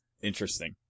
Interesting